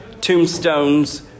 tombstones